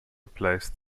placed